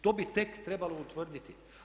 To bi tek trebalo utvrditi.